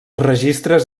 registres